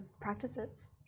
practices